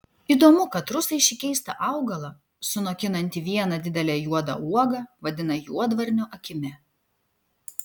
įdomu kad rusai šį keistą augalą sunokinantį vieną didelę juodą uogą vadina juodvarnio akimi